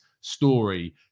story